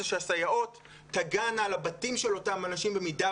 הסייעות תגענה לבתים של אותם אנשים במידה